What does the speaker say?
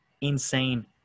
Insane